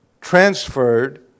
transferred